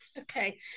Okay